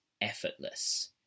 effortless